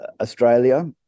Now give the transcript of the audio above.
Australia